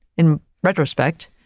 in retrospect,